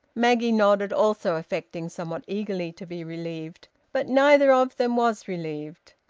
maggie nodded, also affecting, somewhat eagerly, to be relieved. but neither of them was relieved.